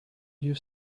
you